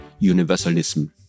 universalism